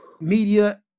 media